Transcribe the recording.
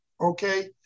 okay